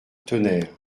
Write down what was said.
tonnerre